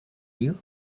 you